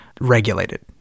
regulated